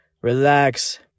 relax